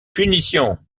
punition